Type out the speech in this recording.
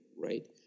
right